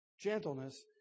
gentleness